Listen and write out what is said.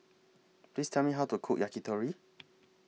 Please Tell Me How to Cook Yakitori